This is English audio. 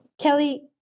kelly